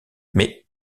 mais